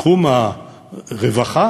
בתחום הרווחה